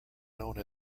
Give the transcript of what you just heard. known